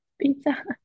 pizza